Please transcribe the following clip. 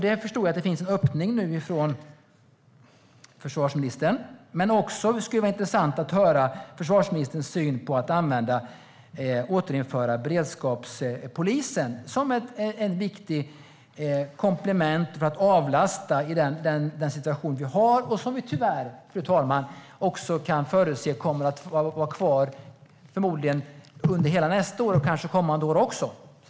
Jag förstår att det finns en öppning hos försvarsministern. Det skulle också vara intressant att höra försvarsministerns syn på att återinföra beredskapspolisen som ett viktigt komplement för att avlasta i den situation som råder och som vi tyvärr, fru talman, kan förutse kommer att vara kvar under förmodligen hela nästa år och kanske kommande år.